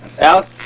Out